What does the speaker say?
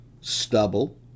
stubble